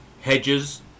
hedges